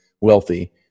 wealthy